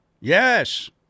Yes